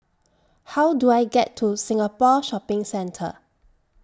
How Do I get to Singapore Shopping Centre